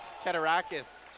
Ketarakis